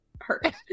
hurt